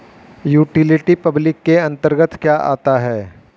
Utility public के अंतर्गत क्या आता है?